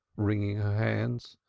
wringing her hands.